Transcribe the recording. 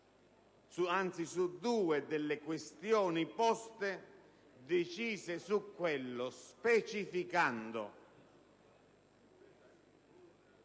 su due delle questioni poste, decise su quello, specificando